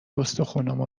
استخونامو